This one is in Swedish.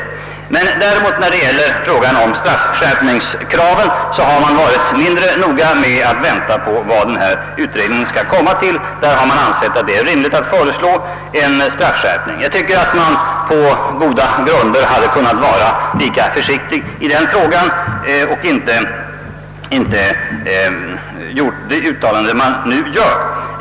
När det däremot gäller straffskärpningskraven har man varit mindre noga med att avvakta resultatet av utredningen. Utskottet har ansett att det är rimligt att föreslå en straffskärpning. Jag tycker att utskottet på goda grunder hade kunnat vara lika försiktigt i denna fråga, att man inte bort göra det uttalande utskottet nu gör.